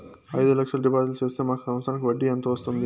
అయిదు లక్షలు డిపాజిట్లు సేస్తే మాకు సంవత్సరానికి వడ్డీ ఎంత వస్తుంది?